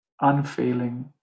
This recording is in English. unfailing